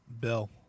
bill